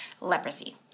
leprosy